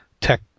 tech